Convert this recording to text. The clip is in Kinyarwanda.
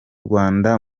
rwanda